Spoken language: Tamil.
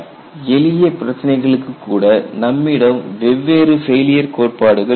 எளிய பிரச்சினைகளுக்கு கூட நம்மிடம் வெவ்வேறு ஃபெயிலியர் கோட்பாடுகள் இருந்தன